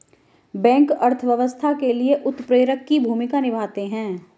bank अर्थव्यवस्था के लिए उत्प्रेरक की भूमिका निभाते है